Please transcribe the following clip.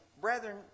brethren